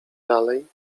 dalej